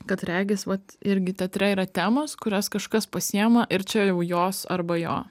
kad regis vat irgi teatre yra temos kurias kažkas pasiėma ir čia jau jos arba jo